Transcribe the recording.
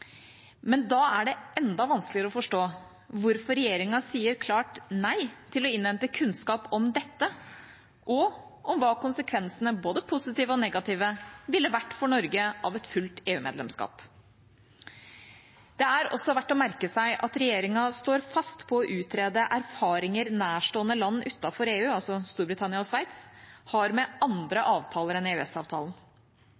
Men da er det enda vanskeligere å forstå hvorfor regjeringa sier klart nei til å innhente kunnskap om dette og om hva konsekvensene, både positive og negative, ville vært for Norge av et fullt EU-medlemskap. Det er også verdt å merke seg at regjeringa står fast på å utrede erfaringer nærstående land utenfor EU, altså Storbritannia og Sveits, har med andre